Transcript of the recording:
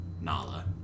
Nala